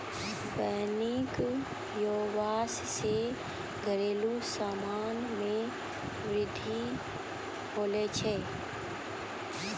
वानिकी व्याबसाय से घरेलु समान मे बृद्धि होलो छै